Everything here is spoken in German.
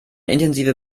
intensive